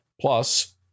Plus